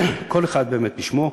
כל אחד בשמו.